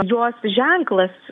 jos ženklas